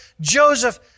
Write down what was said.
Joseph